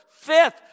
fifth